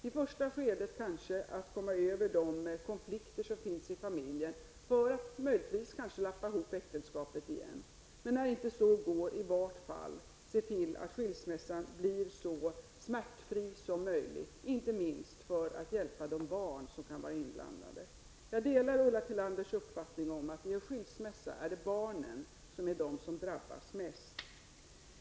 I första skedet behövs detta för att man kanske skall komma över de konflikter som finns i familjen för att möjligtvis lappa ihop äktenskapet igen. Men när inte detta går bör man i varje fall se till att skilsmässan blir så smärtfri som möjligt, inte minst för att hjälpa de barn som kan vara inblandade. Jag delar Ulla Tillanders uppfattning att det vid en skilsmässa är barnen som drabbas mest.